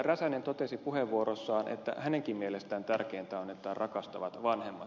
räsänen totesi puheenvuorossaan että hänenkin mielestään tärkeintä on että on rakastavat vanhemmat